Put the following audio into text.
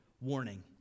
warning